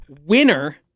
winner